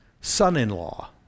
Son-in-law